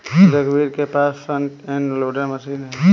रघुवीर के पास फ्रंट एंड लोडर मशीन है